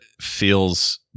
feels